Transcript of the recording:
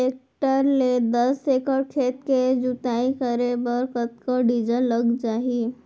Tractor ले दस एकड़ खेत के जुताई करे बर कतका डीजल लग जाही?